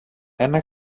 ένα